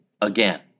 again